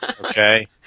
okay